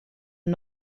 are